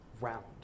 round